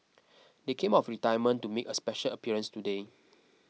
they came out of retirement to make a special appearance today